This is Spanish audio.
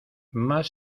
más